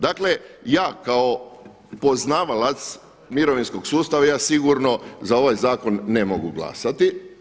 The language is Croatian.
Dakle ja kao poznavalac mirovinskog sustava ja sigurno za ovaj zakon ne mogu glasati.